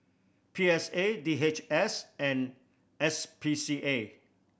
P S A D H S and S P C A